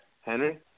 Henry